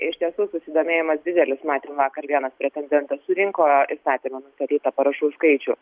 iš tiesų susidomėjimas didelis matėm vakar vienas pretendentas surinko įstatymo nustatytą parašų skaičių